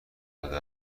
داده